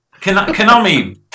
Konami